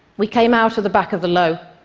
we came out of the back of the low.